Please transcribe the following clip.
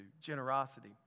generosity